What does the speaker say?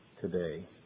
today